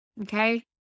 okay